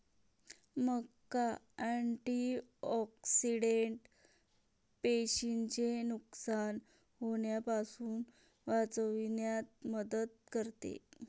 मका अँटिऑक्सिडेंट पेशींचे नुकसान होण्यापासून वाचविण्यात मदत करते